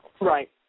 Right